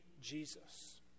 Jesus